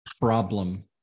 problem